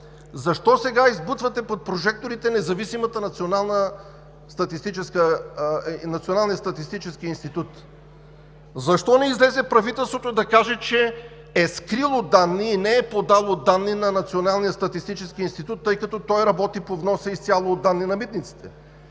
защо сега избутвате пред прожекторите Националния статистически институт? Защо не излезе правителството да каже, че е скрило данни и не е подало данни на Националния статистически институт, тъй като той работи по вноса изцяло по данни на митниците,